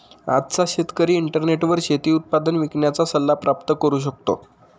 आजचा शेतकरी इंटरनेटवर शेती उत्पादन विकण्याचा सल्ला प्राप्त करू शकतो